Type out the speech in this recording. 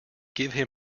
give